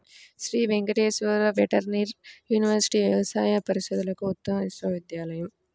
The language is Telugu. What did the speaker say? శ్రీ వెంకటేశ్వర వెటర్నరీ యూనివర్సిటీ వ్యవసాయ పరిశోధనలకు ఉత్తమ విశ్వవిద్యాలయం